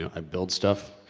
i build stuff.